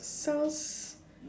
sounds